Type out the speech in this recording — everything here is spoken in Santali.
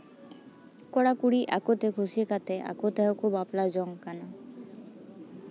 ᱠᱚᱲᱟ ᱠᱩᱲᱤ ᱟᱠᱚᱛᱮ ᱠᱩᱥᱤ ᱠᱟᱛᱮᱫ ᱟᱠᱚ ᱛᱮᱦᱚᱸ ᱠᱚ ᱵᱟᱯᱞᱟ ᱡᱚᱝ ᱠᱟᱱᱟ